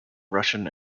russian